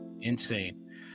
Insane